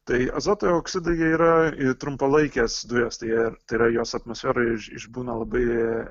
tai azoto oksidai jie yra trumpalaikės dujos tai jie tai yra jos atmosferoj išbūna labai